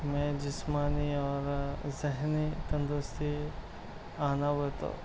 میں جسمانی اور ذہنی تندرستی آنا وہ تو